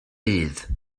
bydd